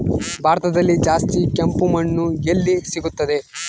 ಭಾರತದಲ್ಲಿ ಜಾಸ್ತಿ ಕೆಂಪು ಮಣ್ಣು ಎಲ್ಲಿ ಸಿಗುತ್ತದೆ?